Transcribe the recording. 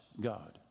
God